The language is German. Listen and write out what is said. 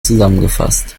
zusammengefasst